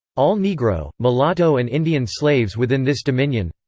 all negro, mulatto and indian slaves within this dominion.